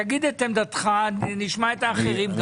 תגיד את עמדתך ונשמע גם את האחרים.